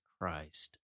Christ